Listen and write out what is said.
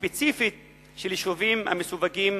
וספציפית של יישובים המסווגים